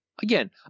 again